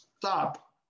stop